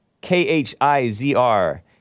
K-H-I-Z-R